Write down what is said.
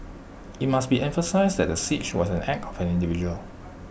IT must be emphasised that the siege was an act of an individual